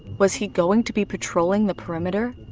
was he going to be patrolling the perimeter?